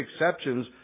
exceptions